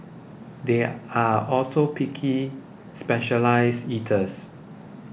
they are also picky specialised eaters